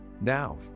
Now